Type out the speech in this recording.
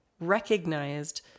recognized